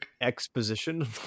exposition